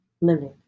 living